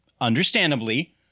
understandably